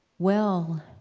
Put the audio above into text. well,